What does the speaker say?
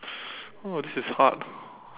oh this is hard